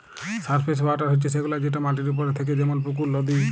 surface water হছে সেগুলা যেট মাটির উপরে থ্যাকে যেমল পুকুর, লদী